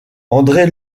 andré